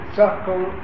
circle